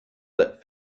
that